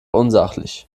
unsachlich